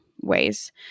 ways